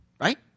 right